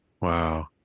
Wow